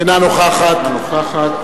אינה נוכחת